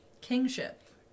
kingship